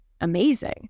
amazing